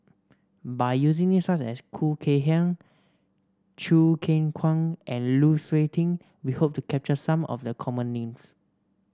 by using names such as Khoo Kay Hian Choo Keng Kwang and Lu Suitin we hope to capture some of the common names